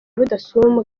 rudasumbwa